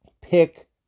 pick